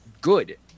good